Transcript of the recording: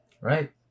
right